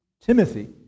Timothy